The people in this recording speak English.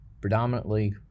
predominantly